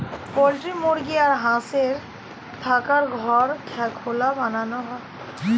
poultry মুরগি আর হাঁসের থাকার ঘর খোলা বানানো হয়